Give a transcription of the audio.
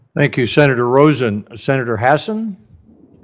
thank you, senator rosen. senator hassan?